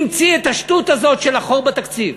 המציא את השטות הזאת של החור בתקציב,